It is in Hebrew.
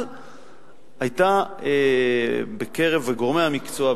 אבל היתה בקרב גורמי המקצוע,